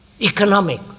economic